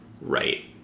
right